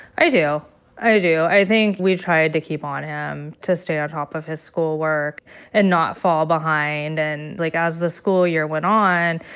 i do. i do. i think we tried to keep on him, to stay on ah top of his schoolwork and not fall behind. and, like, as the school year went on,